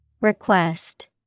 Request